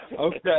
Okay